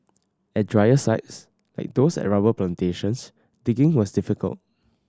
at drier sites like those at rubber plantations digging was difficult